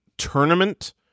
tournament